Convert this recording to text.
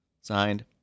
Signed